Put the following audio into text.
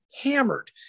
hammered